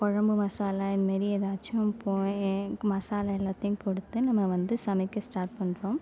குழம்பு மசாலா இந்மாரி எதாச்சும் மசாலா எல்லாத்தையும் கொடுத்து நம்ம வந்து சமைக்க ஸ்டார்ட் பண்ணிறோம்